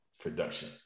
production